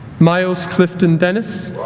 myles clifton dennis